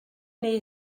neu